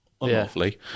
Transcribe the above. unlawfully